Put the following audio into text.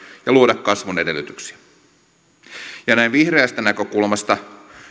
ja luoda kasvun edellytyksiä näin vihreästä näkökulmasta